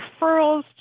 referrals